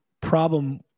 problem